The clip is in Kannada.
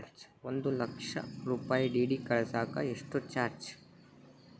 ಒಂದು ಲಕ್ಷ ರೂಪಾಯಿ ಡಿ.ಡಿ ಕಳಸಾಕ ಎಷ್ಟು ಚಾರ್ಜ್?